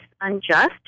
unjust